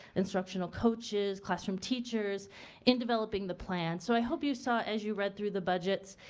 instructional coaches, classroom teachers in developing the plan so i hope you saw as you read through the budgets,